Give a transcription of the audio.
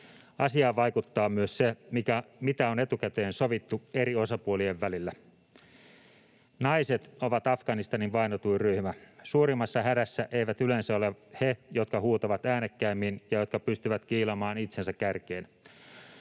Asiaan vaikuttaa myös se, mitä on etukäteen sovittu eri osapuolien välillä. Naiset ovat Afganistanin vainotuin ryhmä. Suurimmassa hädässä eivät yleensä ole he, jotka huutavat äänekkäimmin ja jotka pystyvät kiilaamaan itsensä kärkeen.